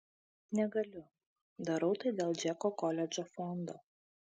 negaliu darau tai dėl džeko koledžo fondo